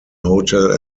hotel